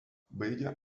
baigė